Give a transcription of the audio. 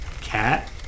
cat